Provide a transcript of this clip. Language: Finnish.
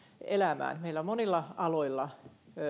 elämään meillä monilla aloilla